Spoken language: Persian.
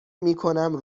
میکنم